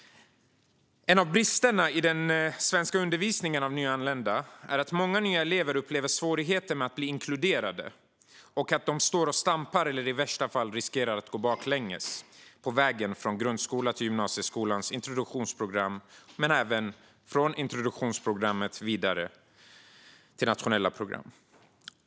En av bristerna i den svenska undervisningen av nyanlända är att många nya elever upplever svårigheter att bli inkluderade och att de står och stampar eller i värsta fall riskerar att gå baklänges på vägen från grundskolan till gymnasieskolans introduktionsprogram men även från introduktionsprogrammet vidare till nationella program.